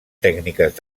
tècniques